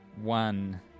One